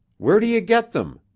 where do you get them?